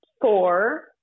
four